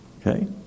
Okay